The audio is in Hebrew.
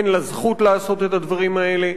אין לה זכות לעשות את הדברים האלה.